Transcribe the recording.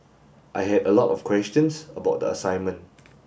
I had a lot of questions about the assignment